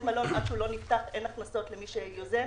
מלון עד שהוא לא נפתח אין הכנסות למי שיוזם.